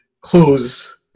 close